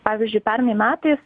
pavyzdžiui pernai metais